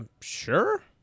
sure